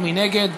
מי נגד?